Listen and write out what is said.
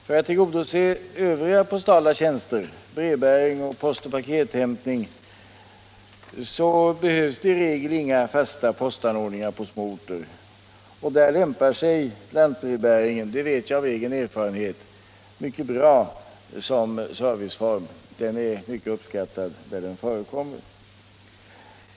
För att tillgodose behovet av övriga postala tjänster — brevbäring, postoch pakethämtning — behövs det i regel inga fasta postanordningar på små orter. Där lämpar sig lantbrevbäringen — det vet jag av egen erfarenhet —- mycket bra som serviceform. Den är mycket uppskattad där den förekommer.